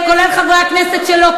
כולל חברי הכנסת שלו,